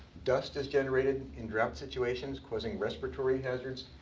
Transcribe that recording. dust is generated in drought situations, causing respiratory hazards.